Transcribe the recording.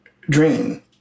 dream